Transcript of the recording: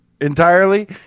entirely